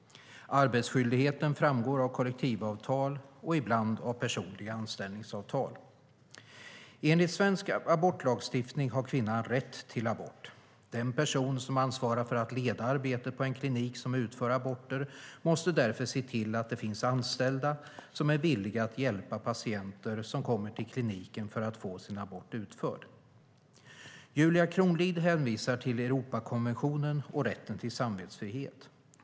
Arbetsskyldigheten framgår av kollektivavtal och ibland av personliga anställningsavtal. Enligt svensk abortlagstiftning har kvinnan rätt till abort. Den person som ansvarar för att leda arbetet på en klinik som utför aborter måste därför se till att det finns anställda som är villiga att hjälpa patienter som kommer till kliniken för att få sin abort utförd. Julia Kronlid hänvisar till Europakonventionen och rätten till samvetsfrihet.